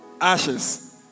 Ashes